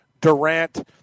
Durant